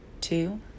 two